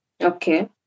okay